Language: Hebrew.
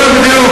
כן, בדיוק.